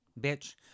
Bitch